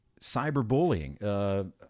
cyberbullying